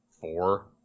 four